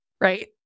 right